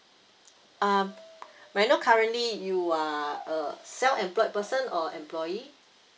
uh may I know currently you are uh self employed person or employee